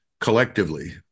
collectively